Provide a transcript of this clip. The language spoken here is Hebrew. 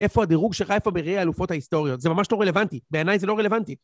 איפה הדירוג שלך, איפה בראי האלופות ההיסטוריות? זה ממש לא רלוונטי. בעיניי זה לא רלוונטי.